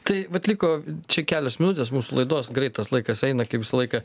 tai vat liko čia kelios minutės mūsų laidos greit tas laikas eina kaip visą laiką